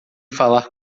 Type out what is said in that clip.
falar